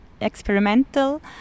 experimental